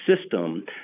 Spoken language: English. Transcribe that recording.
system